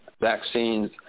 vaccines